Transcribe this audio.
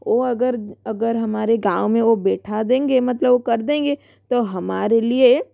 वो अगर अगर हमारे गाँव में ओ बैठा देंगे मतलब ओ कर देंगे तो हमारे लिए